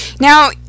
Now